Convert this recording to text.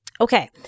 Okay